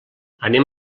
anem